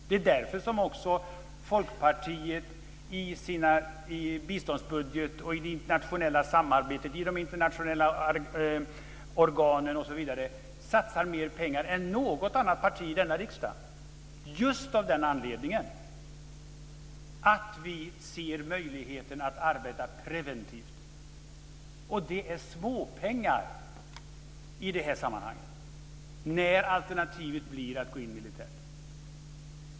Det är därför som Folkpartiet i sin biståndsbudget, i det internationella samarbetet, i de internationella organen osv. satsar mer pengar än något annat parti i denna riksdag, just av den anledningen att vi ser möjligheten att arbeta preventivt. Det är småpengar i de här sammanhangen, när alternativet blir att gå in militärt.